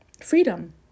freedom